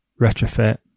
retrofit